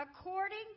According